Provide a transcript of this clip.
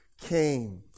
came